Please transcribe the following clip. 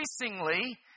increasingly